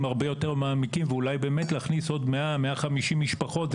הרבה יותר מעמיקים ואולי באמת להכניס עוד 100 ,150 משפחות,